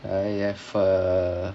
I have a